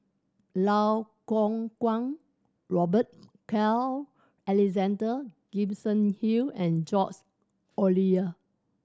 Lau Kuo Guang Robert Carl Alexander Gibson Hill and George Oliyer